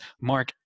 Mark